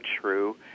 true